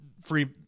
free